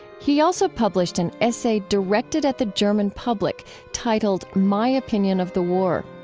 he also published an essay directed at the german public titled my opinion of the war.